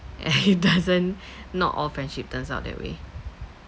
and it doesn't not all friendship turns out that way